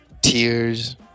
tears